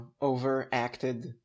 overacted